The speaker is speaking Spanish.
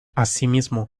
asimismo